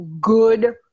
good